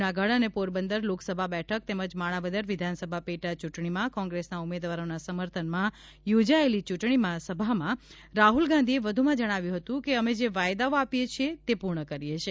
જૂનાગઢ અને પોરબંદર લોકસભા બેઠક તેમજ માણાવદર વિધાનસભા પેટાચૂંટણીમાં કોંગ્રેસના ઉમેદવારોના સમર્થનમાં યોજાયેલી ચૂંટણી સભામાં રાહુલ ગાંધીએ વધુમાં જણાવ્યું હતું કે અમે જે વાયદાઓ આપીએ છીએ તે પૂર્ણ કરીએ છીએ